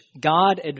God